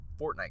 Fortnite